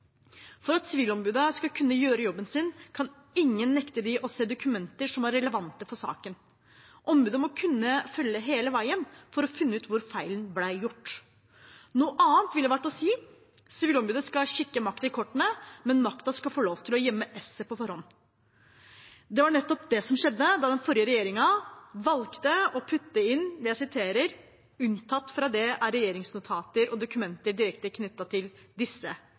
For at Sivilombudet skal kunne gjøre jobben sin, kan ingen nekte dem å se dokumenter som er relevante for saken. Ombudet må kunne følge hele veien for å finne ut hvor feilen ble gjort. Noe annet ville vært å si: Sivilombudet skal kikke makta i kortene, men makta skal få lov til å gjemme esset på forhånd. Det var nettopp det som skjedde da den forrige regjeringen valgte å putte inn «unntatt fra dette er regjeringsnotater og dokumenter direkte knyttet til disse»